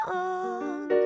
on